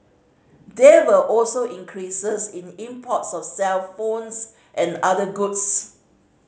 there were also increases in imports of cellphones and other goods